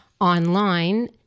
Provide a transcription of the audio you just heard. online